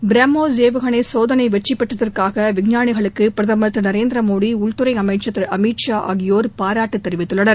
பிரம்மோஸ் ஏவுகணை சோதனை வெற்றி பெற்றதற்காக விஞ்ஞானிகளுக்கு பிரதமர் திரு நரேந்திர மோடி உள்துறை அமைச்சர் திரு அமித்ஷா ஆகியோர் பாராட்டு தெரிவித்துள்ளனர்